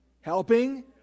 Helping